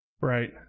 Right